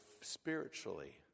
spiritually